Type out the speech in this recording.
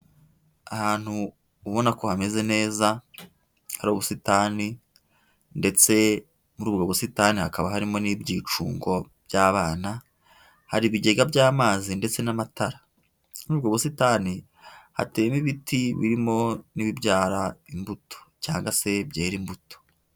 Ahantu ubona ko hameze neza, hari ubusitani ndetse muri ubwo busitani hakaba harimo n'ibyicungo by'abana, hari ibigega by'amazi ndetse n'amatara, muri ubwo busitani hateyemo ibiti birimo n'ibibyara imbuto cyangwa se byera imbuto.